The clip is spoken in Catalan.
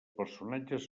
personatges